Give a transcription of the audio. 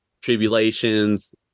tribulations